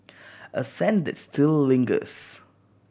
a scent that still lingers